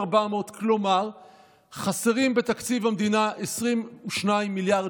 כלומר חסרים בתקציב המדינה 22 מיליארד